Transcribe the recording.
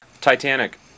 Titanic